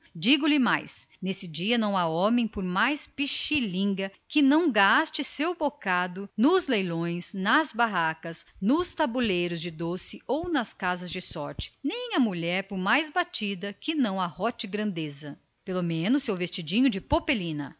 digo-lhe mais nesse dia não há homem por mais pichelingue que não gaste seu bocado nos leilões nas barracas nos tabuleiros de doce ou nas casas de sorte nem há mulher senhora ou moça dama que não arrote grandeza pelo menos seu vestidinho novo de popelina